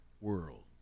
world